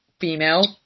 female